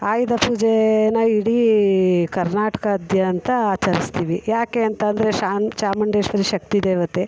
ಆಯುಧ ಪೂಜೆನ ಇಡೀ ಕರ್ನಾಟಕದಾದ್ಯಂತ ಆಚರಿಸ್ತೀವಿ ಯಾಕೆ ಅಂತ ಅಂದ್ರೆ ಶಾನ್ ಚಾಮುಂಡೇಶ್ವರಿ ಶಕ್ತಿದೇವತೆ